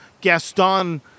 Gaston